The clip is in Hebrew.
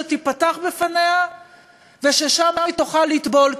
שתיפתח בפניה ושם היא תוכל לטבול.